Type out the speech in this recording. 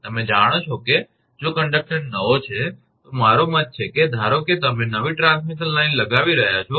તમે જાણો છો કે જો કંડક્ટર નવો છે તો મારો મત છે કે ધારોકે તમે નવી ટ્રાન્સમિશન લાઇન લગાવી રહ્યા છો